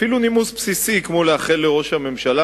אפילו נימוס בסיסי כמו לאחל לראש הממשלה,